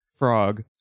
Frog